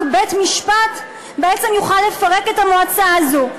בית-משפט בעצם יוכל לפרק את המועצה הזו.